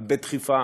אבל בדחיפה